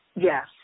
Yes